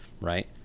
right